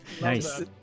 Nice